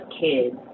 kids